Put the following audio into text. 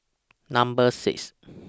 Number six